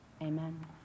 Amen